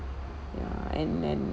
ya and then